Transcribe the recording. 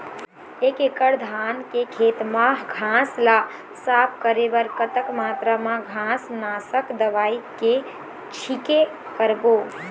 एक एकड़ धान के खेत मा घास ला साफ करे बर कतक मात्रा मा घास नासक दवई के छींचे करबो?